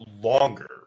Longer